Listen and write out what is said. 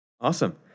Awesome